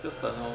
just 等 lor